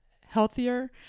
healthier